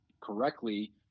correctly